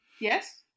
Yes